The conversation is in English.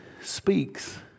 speaks